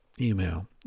email